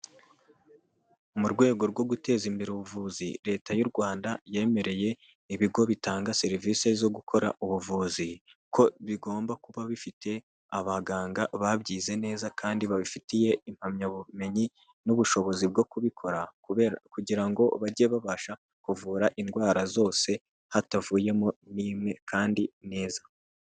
Mu rwego rwo guteza imbere ubuvuzi leta y'u Rwanda yemereye ibigo bitanga serivisi zo gukora ubuvuzi ko bigomba kuba bifite abaganga babyize neza kandi babifitiye impamyabumenyi n'ubushobozi bwo kubikora kugira ngo bajye babasha kuvura indwara zose hatavuyemo n'imwe kandi neza.